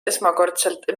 esmakordselt